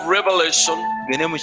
Revelation